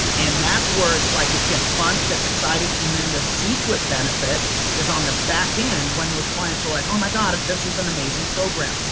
and that's where like it gets fun. it gets exciting and then the secret benefit is on the backend when those clients are like, oh my god! this was an amazing program!